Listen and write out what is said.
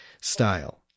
style